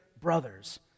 brothers